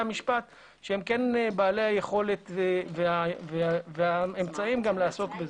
המשפט שהם כן בעלי היכולת והאמצעים לעסוק בזה.